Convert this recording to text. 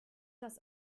das